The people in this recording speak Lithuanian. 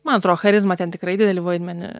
man atrodo charizma ten tikrai didelį vaidmenį